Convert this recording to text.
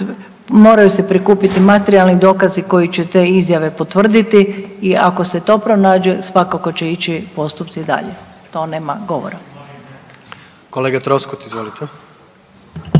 moraju se prikupiti materijalni dokazi koji će te izjave potvrditi i ako se to pronađe svakako će ići postupci dalje, to nema govora. **Jandroković,